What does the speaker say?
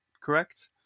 correct